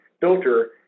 filter